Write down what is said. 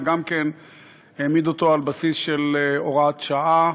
וגם העמיד אותו על בסיס של הוראת שעה,